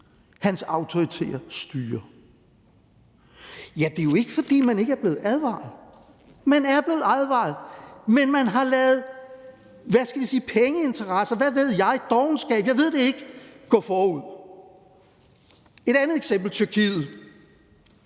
hans autoritære styre. Ja, det er jo ikke, fordi man ikke er blevet advaret. Man er blevet advaret, men man har ladet, hvad skal vi sige, pengeinteresser, hvad ved jeg, dovenskab, jeg ved det ikke, gå forud. Et andet eksempel er Tyrkiet.